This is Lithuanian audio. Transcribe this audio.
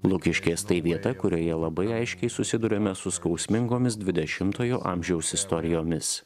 lukiškės tai vieta kurioje labai aiškiai susiduriame su skausmingomis dvidešimtojo amžiaus istorijomis